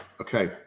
okay